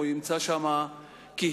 הוא ימצא שם קהילה